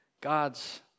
God's